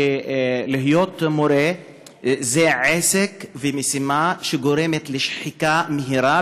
שלהיות מורה זה משימה שגורמת לשחיקה מהירה,